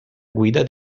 guida